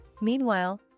Meanwhile